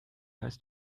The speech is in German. heißt